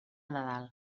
nadal